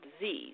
disease